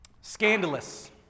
scandalous